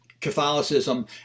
Catholicism